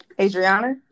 Adriana